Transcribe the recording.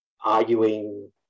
arguing